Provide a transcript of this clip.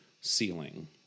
ceiling